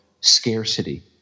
scarcity